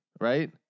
right